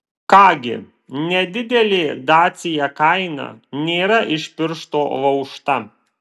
ką gi nedidelė dacia kaina nėra iš piršto laužta